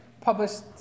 published